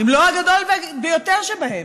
אם לא הגדול ביותר שבהם.